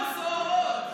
סרסור בסוהרות.